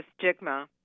stigma